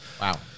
Wow